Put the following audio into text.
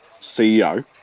CEO